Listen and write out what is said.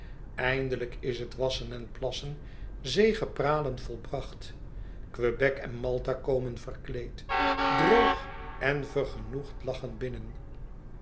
eindelijk is het wasschen en plassen zegepralend volbracht quebec en malta komen verkleed droog en vergenoegd lachende binnen